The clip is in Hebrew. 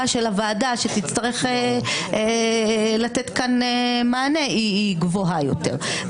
של הוועדה שתצטרך לתת כאן מענה היא גבוהה יותר.